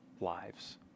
lives